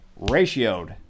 ratioed